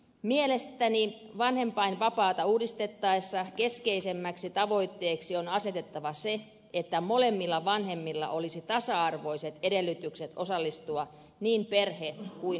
mielestäni vanhempainvapaata uudistettaessa keskeisemmäksi tavoitteeksi on asetettava se että molemmilla vanhemmilla olisi tasa arvoiset edellytykset osallistua niin perhe kuin työelämään